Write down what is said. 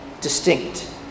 distinct